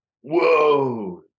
whoa